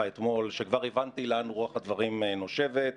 אתמול כשכבר הבנתי לאן רוח הדברים נושבת: